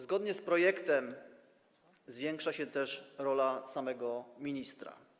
Zgodnie z projektem zwiększa się też rola samego ministra.